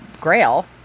grail